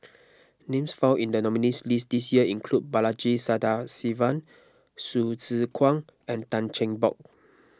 names found in the nominees list this year include Balaji Sadasivan Hsu Tse Kwang and Tan Cheng Bock